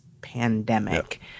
pandemic